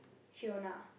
Hyuna